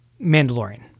Mandalorian